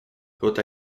côte